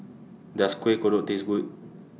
Does Kuih Kodok Taste Good